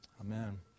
Amen